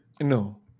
No